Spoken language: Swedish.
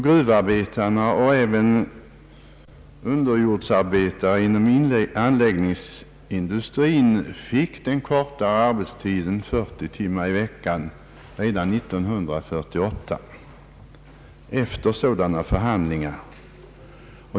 Gruvarbetarna liksom underjordsarbetarna inom anläggningsindustrin fick den kortare arbetstiden om 40 timmar i veckan redan år 1948 efter sådana förhandlingar.